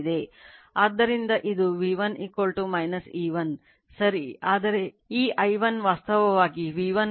ಆದ್ದರಿಂದ ಇದು V1 E1 ಸರಿ ಆದರೆ ಈ I0 ವಾಸ್ತವವಾಗಿ V1ಕೋನ 0 ದಿಂದ ಹಿಂದುಳಿದಿದೆ